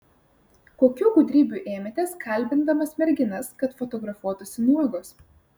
kokių gudrybių ėmėtės kalbindamas merginas kad fotografuotųsi nuogos